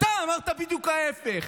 אתה אמרת בדיוק ההפך.